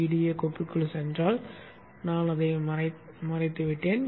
gEDA கோப்பிற்குள் சென்றால் நான் அதை மறைத்துவிட்டேன்